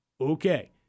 Okay